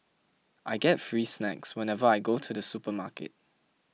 I get free snacks whenever I go to the supermarket